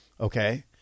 Okay